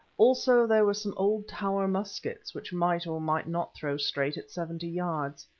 also there were some old tower muskets, which might or might not throw straight at seventy yards.